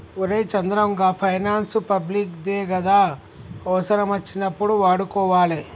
ఒరే చంద్రం, గా finance public దే గదా, అవుసరమచ్చినప్పుడు వాడుకోవాలె